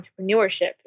entrepreneurship